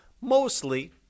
mostly